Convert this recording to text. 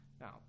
Now